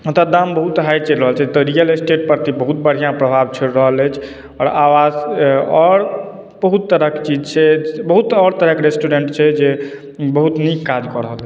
ओत्तौ दाम बहुत हाइ चलि रहल छै तऽ रियल इस्टेट पर तऽ ई बहुत बढ़िऑं प्रभाव छोड़ि रहल अछि आओर आवास आओर बहुत तरहके चीज छै बहुत आओर तरहके रेस्टोरेन्ट छै जे बहुत नीक काज कऽ रहल है